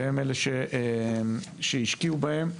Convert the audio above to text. והם אלה שהשקיעו בהם.